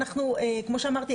כמו שאמרתי,